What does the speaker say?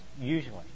usually